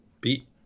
beat